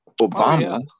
Obama –